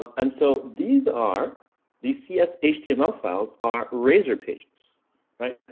um and so these are these css html files. are razor pages right?